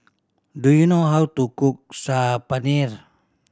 do you know how to cook Saag Paneer